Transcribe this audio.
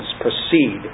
proceed